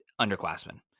underclassmen